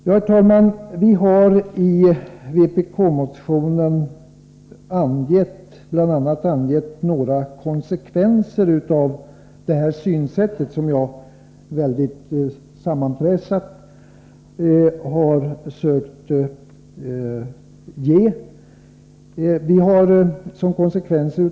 Herr talman! Vi har i vpk-motion 861 bl.a. angett några konsekvenser av vårt synsätt, som jag här mycket sammanpressat har försökt redovisa.